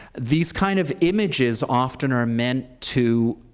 these kind of images often are meant to